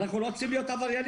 אנחנו לא רוצים להיות עבריינים.